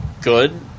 good